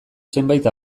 zenbait